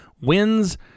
wins